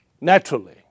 naturally